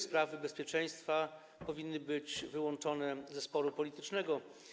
Sprawy bezpieczeństwa powinny być wyłączone ze sporu politycznego.